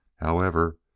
however,